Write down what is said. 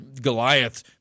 Goliath